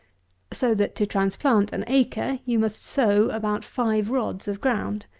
so that to transplant an acre, you must sow about five rods of ground.